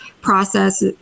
process